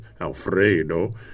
Alfredo